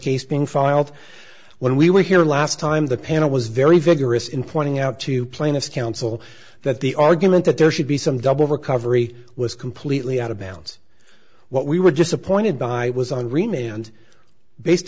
case being filed when we were here last time the panel was very vigorous in pointing out to plaintiff counsel that the argument that there should be some double recovery was completely out of bounds what we were disappointed by was on